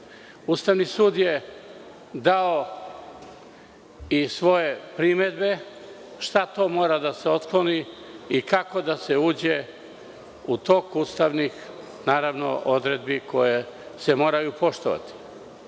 zakona. Ustavni sud je dao i svoje primedbe, šta to mora da se otkloni i kako da se uđe u tok ustavnih, naravno odredbi koje se moraju poštovati.